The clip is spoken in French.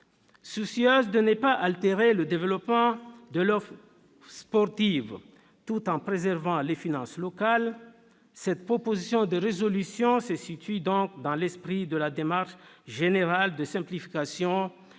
Soucieux de ne pas altérer le développement de l'offre sportive, tout en préservant les finances locales, les auteurs de la proposition de résolution respectent donc l'esprit de la démarche générale de simplification et